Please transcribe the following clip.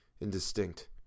Indistinct